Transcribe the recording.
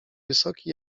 wysoki